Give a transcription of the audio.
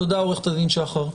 תודה, עורכת הדין שחר.